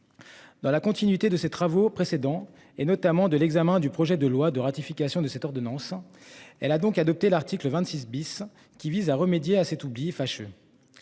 Dans la continuité de ses travaux précédents et notamment de l'examen du projet de loi de ratification de cette ordonnance. Elle a donc adopté l'article 26 Bis qui vise à remédier à cet oubli fâcheux.